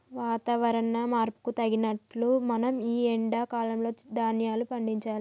వాతవరణ మార్పుకు తగినట్లు మనం ఈ ఎండా కాలం లో ధ్యాన్యాలు పండించాలి